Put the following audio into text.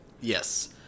Yes